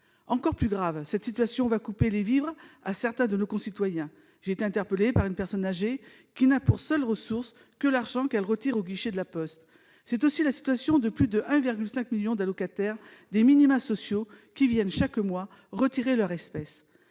Encore plus grave, cette situation va couper les vivres à certains de nos concitoyens. J'ai été interpellée par une personne âgée ayant pour seule ressource l'argent qu'elle retire au guichet de La Poste. C'est aussi le cas des plus de 1,5 million d'allocataires des minima sociaux, qui viennent chaque mois retirer des espèces.